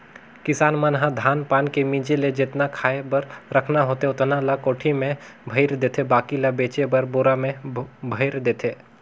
किसान मन ह धान पान के मिंजे ले जेतना खाय बर रखना होथे ओतना ल कोठी में भयर देथे बाकी ल बेचे बर बोरा में भयर देथे